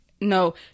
No